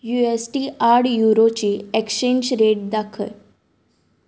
UST आड युरोची exchange rate दाखय